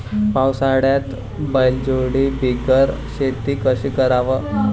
पावसाळ्यात बैलजोडी बिगर शेती कशी कराव?